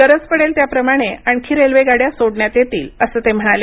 गरज पडेल त्याप्रमाणे आणखी रेल्वेगाड्या सोडण्यात येतील असं ते म्हणाले